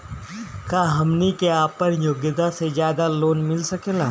का हमनी के आपन योग्यता से ज्यादा लोन मिल सकेला?